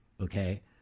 okay